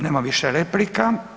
Nema više replika.